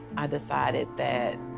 i decided that,